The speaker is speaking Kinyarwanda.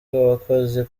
bw’abakozi